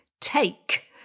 Take